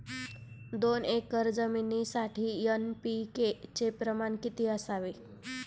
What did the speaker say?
दोन एकर जमिनीसाठी एन.पी.के चे प्रमाण किती असावे?